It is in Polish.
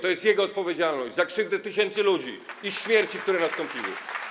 To jest jego odpowiedzialność za krzywdę tysięcy ludzi i śmierci, które nastąpiły.